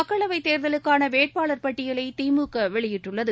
மக்களவைத் தேர்தலுக்கான வேட்பாளர் பட்டியலை திமுக வெளியிட்டுள்ளது